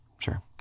Sure